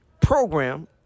program